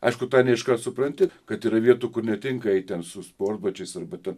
aišku tą ne iškart supranti kad yra vietų kur netinka eit ten su sportbačiais arba ten